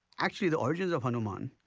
actually, the origins of hanuman.